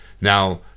now